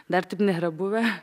dar taip nėra buvę